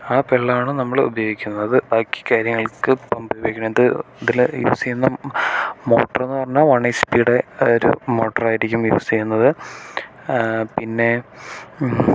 ആ വെള്ളമാണ് നമ്മൾ ഉപയോഗിക്കുന്നത് ബാക്കി കാര്യങ്ങൾക്ക് പമ്പ് ഉപയോഗിക്കുന്നത് ഇതിൽ യൂസ് ചെയ്യുന്ന മോട്ടർ എന്ന് പറഞ്ഞാൽ വൺ എച് പീയുടെ അതായതൊരു മോട്ടറായിരിക്കും യൂസ് ചെയ്യുന്നത് പിന്നെ